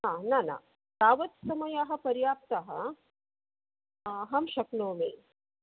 हा न न तावत् समयः पर्याप्तः अहं शक्नोमि